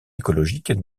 écologique